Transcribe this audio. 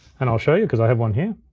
and i'll show you, cause i have one here.